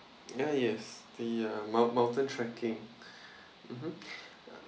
ya yes the uh mou~ mountain trekking mmhmm